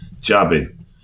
jabbing